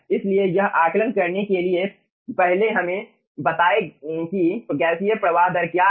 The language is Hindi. इसलिए यह आकलन करने के लिए पहले हमें बताएं कि गैसीय प्रवाह दर क्या है